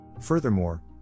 Furthermore